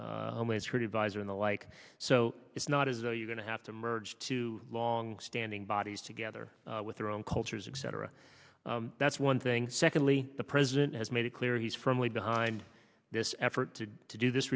in the like so it's not as though you're going to have to merge two longstanding bodies together with their own cultures exciter a that's one thing secondly the president has made it clear he's firmly behind this effort to to do this